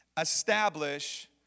establish